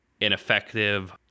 ineffective